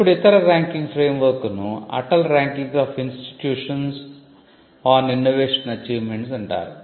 ఇప్పుడు ఇతర ranking framework ను Atal ranking of institutions on innovation achievements అంటారు